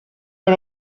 per